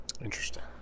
Interesting